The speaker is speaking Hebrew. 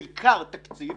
בעיקר תקציב,